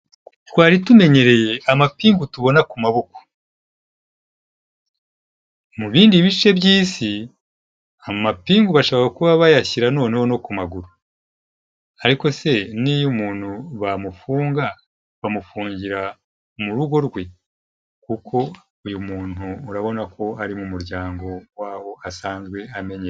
Twa tumenyereye amapingu tubona ku maboko, mu bindi bice by'Isi amapingu bashobora kuba bayashyira noneho no ku maguru, ariko se n'iyo umuntu bamufunga, bamufungira mu rugo rwe? Kuko uyu muntu urabona ko ari umuryango w'aho asanzwe amenyereye.